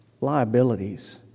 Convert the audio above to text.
liabilities